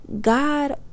God